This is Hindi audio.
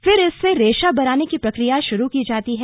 फिर इससे रेशा बनाने की प्रक्रिया शुरू की जाती है